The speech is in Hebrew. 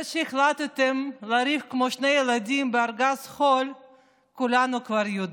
את זה שהחלטתם לריב כמו שני ילדים בארגז חול כולנו כבר יודעים,